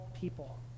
people